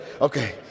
Okay